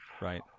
right